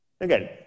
Again